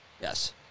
Yes